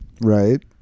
right